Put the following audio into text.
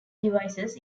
devices